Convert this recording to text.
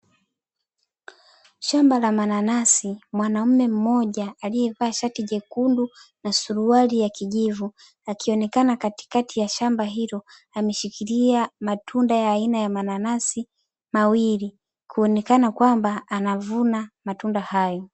Shamba la mananasi mwanaume mmoja aliyevaa shati jekundu na suruali ya kijivu akionekana katikati ya shamba hilo, ameshikilia matunda ya aina ya mananasi mawili kuonekana kwamba anavuna matunda hayo.